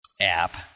app